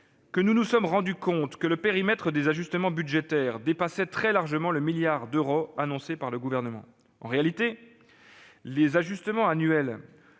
que nous nous sommes rendu compte que le périmètre des ajustements budgétaires dépassait très largement le milliard d'euros annoncé par le Gouvernement. En réalité, les ajustements annuels